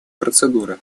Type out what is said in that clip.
процедуры